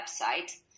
website